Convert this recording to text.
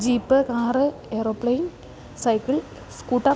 jeep car aero plane cycle scooter